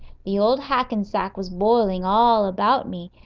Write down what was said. the old hackensack was boiling all about me,